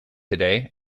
today